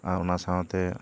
ᱟᱨ ᱚᱱᱟ ᱥᱟᱶᱛᱮ